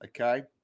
Okay